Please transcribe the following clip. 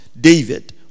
David